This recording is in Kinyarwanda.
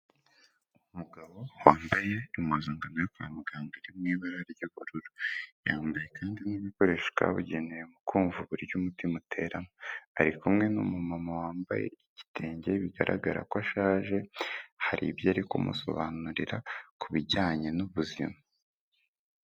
Umugabo wambaye impuzangano yo kwa muganga iri mu ibara ry'ubururu, yambaye kandi n'ibikoresho kabugenewe mu kumva uburyo umutima utera, ari kumwe n'umumama wambaye igitenge bigaragara ko ashaje, hari ibyo ari kumusobanurira kubijyanye n'ubuzima.